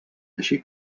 així